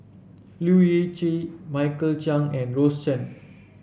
Leu Yew Chye Michael Chiang and Rose Chan